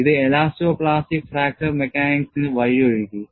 ഇത് elasto plastic fracture മെക്കാനിക്സിന് വഴിയൊരുക്കി